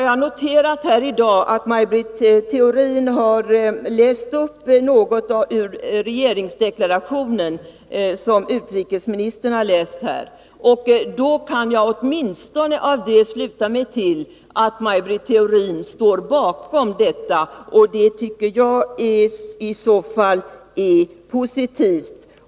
Jag noterade att Maj Britt Theorin citerade ur regeringsdeklarationen, som utrikesministern tidigare läste upp. Jag drar därav slutsatsen att Maj Britt Theorin åtminstone ställer sig bakom innehållet i det avsnitt hon läste upp, och det är positivt.